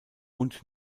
und